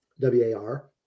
W-A-R